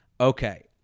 Okay